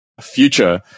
Future